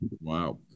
Wow